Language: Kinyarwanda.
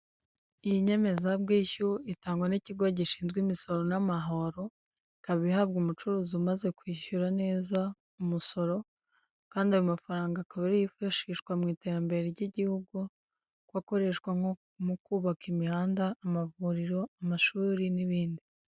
Iyi nyemezabwishyu itangwa n'ikigo gishinzwe imisoro n'amahoro, ikaba ihabwa umucuruzi umaze kwishyura neza umusoro, kandi ayo mafaranga akaba ariyo yifashishwa mu iterambere ry'igihugu, akoreshwa nko mu kubaka imihanda, amavuriro, amashuri n'ibindi.